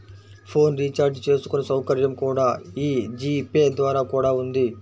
phone recharge చేసుకునే సౌకర్యం కూడా యీ జీ పే ద్వారా కూడా ఉంది